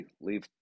leave